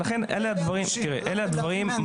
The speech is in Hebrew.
אלה הדברים ----- לא,